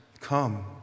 come